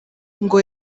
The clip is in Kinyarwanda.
ngo